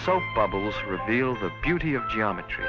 saw bubbles reveal the beauty of geometry